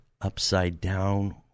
upside-down